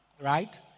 right